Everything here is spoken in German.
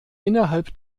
innerhalb